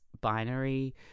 binary